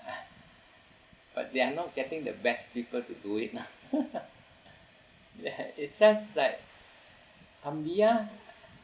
but they are not getting the best people to do it lah they had it's just like